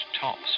tops